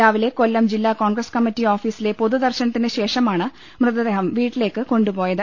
രാവിലെ കൊല്ലം ജില്ലാകോൺഗ്രസ് കമ്മിറ്റി ഓഫീസിലെ പൊതുദർശനത്തിന് ശേ ഷമാണ് മൃത്ദേഹം വീട്ടിലേക്ക് കൊണ്ടുപോയത്